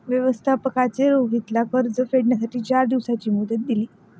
व्यवस्थापकाने रोहितला कर्ज फेडण्यासाठी चार दिवसांची मुदत दिली